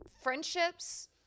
Friendships